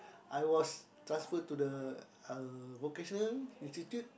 I was transferred to the uh Vocational-Institute